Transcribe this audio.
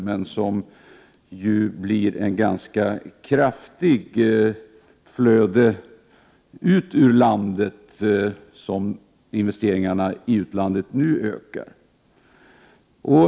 Men det blir ju ett ganska kraftigt flöde ut ur landet om investeringarna i utlandet nu ökar.